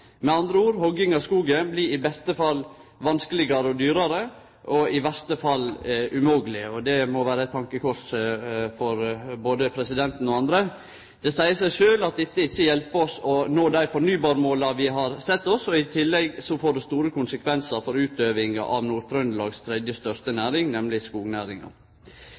Med andre ord: hogging av skogen blir i beste fall vanskelegare og dyrare og i verste fall umogleg. Det må vere ein tankekross for både presidenten og andre. Det seier seg sjølv at dette ikkje hjelper oss å nå dei fornybarmåla vi har sett oss. I tillegg får det store konsekvensar for utøvinga av Nord-Trøndelags tredje største næring, nemleg skognæringa.